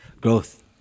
growth